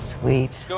sweet